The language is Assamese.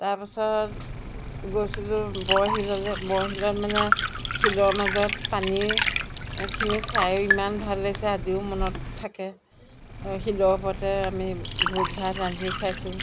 তাৰপাছত গৈছিলোঁ বৰশিললৈ বৰশিলত মানে শিলৰ মাজত পানীখিনি চাইয়ো ইমান ভাল লাগিছে আজিও মনত থাকে আৰু শিলৰ ওপৰতে আমি ভোজ ভাত ৰান্ধি খাইছোঁ